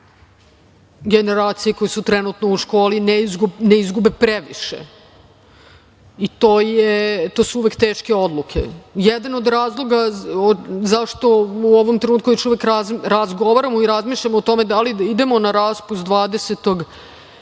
generacije koje su trenutno u školi ne izgube previše. To su uvek teške odluke. Jedan od razloga zašto u ovom trenutku razgovaramo i razmišljamo o tome da li da idemo na raspust 20.